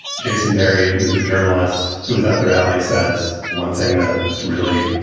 jason berry, who is a journalist who is at the rally, says one thing that just really,